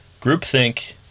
groupthink